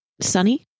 sunny